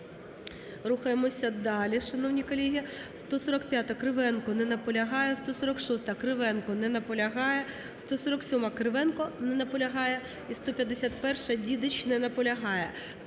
Рухаємося далі, шановні колеги. 145-а, Кривенко. Не наполягає. 146-а, Кривенко. Не наполягає. 147-а, Кривенко. Не наполягає. І 151-а, Дідич. Не наполягає.